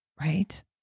right